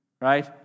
right